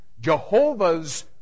Jehovah's